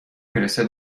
میرسه